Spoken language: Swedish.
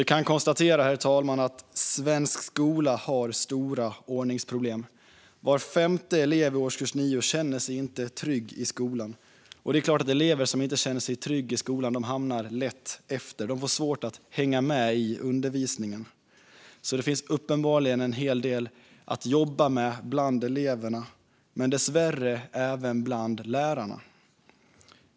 Vi kan konstatera att svensk skola har stora ordningsproblem. Var femte elev i årskurs 9 känner sig inte trygg i skolan. Det är klart att elever som inte känner sig trygga lätt hamnar efter. De får svårt att hänga med i undervisningen. Det finns uppenbarligen en hel del att jobba med bland eleverna, men dessvärre även bland lärarna.